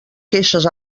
queixes